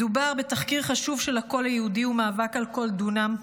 מדובר בתחקיר חשוב של הקול היהודי ושל מאבק על כל דונם,